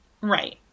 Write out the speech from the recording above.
Right